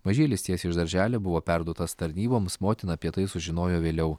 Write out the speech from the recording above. mažylis tiesiai iš darželio buvo perduotas tarnyboms motina apie tai sužinojo vėliau